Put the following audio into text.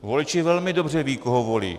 Voliči velmi dobře vědí, koho volí.